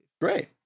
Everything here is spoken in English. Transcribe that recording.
Great